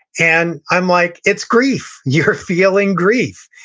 and i'm like, it's grief, you're feeling grief.